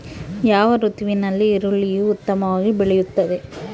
ಯಾವ ಋತುವಿನಲ್ಲಿ ಈರುಳ್ಳಿಯು ಉತ್ತಮವಾಗಿ ಬೆಳೆಯುತ್ತದೆ?